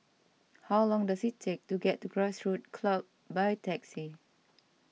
how long does it take to get to Grassroots Club by taxi